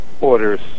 orders